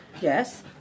Yes